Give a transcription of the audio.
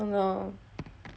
oh no